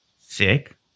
sick